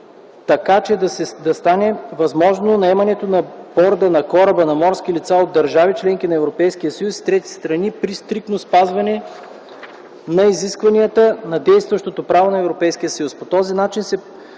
така, че да стане възможно наемането на борда на кораба на морски лица от държави – членки на Европейския съюз, и трети страни при стриктно спазване на изискванията на действащото право на Европейския съюз.